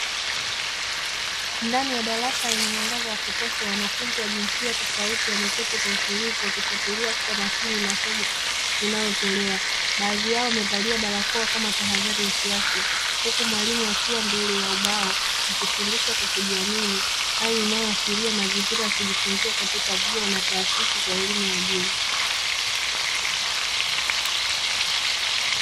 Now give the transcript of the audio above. Ndani ya darasa lenye mwangaza wa kutosha, wanafunzi wa jinsia tofauti wameketi kwa utulivu wakifuatilia kwa makini somo linalotolewa. Baadhi yao wamevalia barakoa kama tahadhari ya kiafya, huku mwalimu akiwa mbele ya ubao akifundisha kwa kujiamini, hali inayoashiria mazingira ya kujifunzia katika vyuo na taasisi ya elimu ya juu.